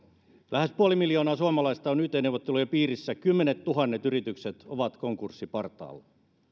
lähes puoli miljoonaa suomalaista on yt neuvotteluiden piirissä kymmenettuhannet yritykset ovat konkurssin partaalla